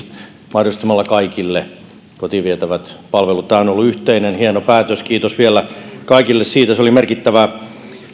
mahdollistamalla kaikille kotiin vietävät palvelut tämä on ollut yhteinen hieno päätös kiitos vielä kaikille siitä se oli merkittävää